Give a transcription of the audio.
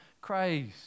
Christ